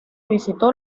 visitó